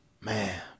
Man